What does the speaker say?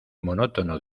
monótono